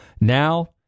Now